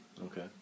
okay